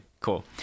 Cool